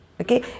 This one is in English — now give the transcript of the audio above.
Okay